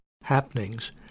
happenings